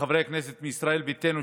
לחברי הכנסת מישראל ביתנו,